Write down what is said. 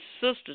sisters